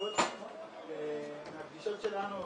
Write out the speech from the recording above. -- מהפגישות שלנו,